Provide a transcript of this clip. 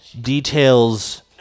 details